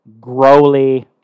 growly